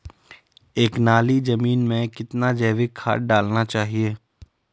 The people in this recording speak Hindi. एक नाली जमीन में कितना जैविक खाद डालना चाहिए?